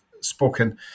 spoken